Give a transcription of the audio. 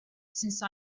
since